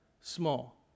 small